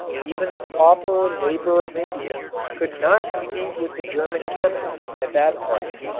even the pauper labor of india could not compete with the german chemists at that price.